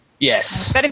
Yes